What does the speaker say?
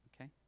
Okay